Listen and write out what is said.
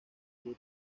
por